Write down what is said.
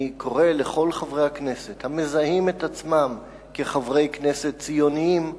אני קורא לכל חברי הכנסת המזהים את עצמם כחברי כנסת ציונים,